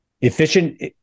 efficient